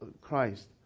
Christ